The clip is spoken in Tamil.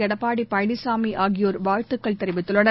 எடப்பாடிபழனிசாமிஆகியோர் வாழ்த்துகள் தெரிவித்துள்ளனர்